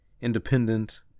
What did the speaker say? Independent